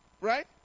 right